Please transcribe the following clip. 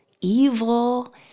evil